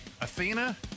Athena